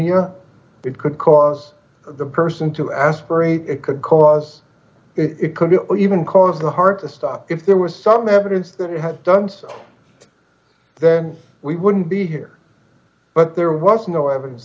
media it could cause the person to aspirate it could cause it could be even cause the heart to stop if there was some evidence that he had done so then we wouldn't be here but there was no evidence